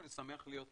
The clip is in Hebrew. שמח להיות פה,